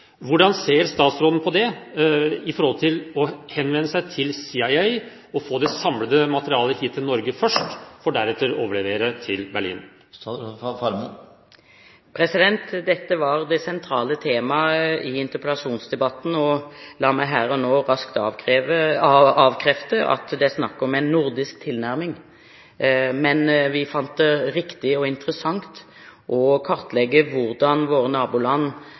Hvordan ser statsråden på det å henvende seg til CIA og få det samlede materialet hit til Norge først, for deretter å overlevere det til Berlin? Dette var det sentrale temaet i interpellasjonsdebatten. La meg her og nå raskt avkrefte at det er snakk om en nordisk tilnærming, men vi fant det riktig og interessant å kartlegge hvordan våre naboland